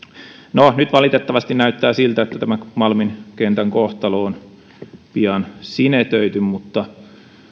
no nyt valitettavasti näyttää siltä että tämä malmin kentän kohtalo on pian sinetöity mutta